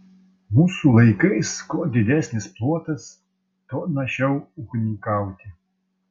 mūsų laikais kuo didesnis plotas tuo našiau ūkininkauti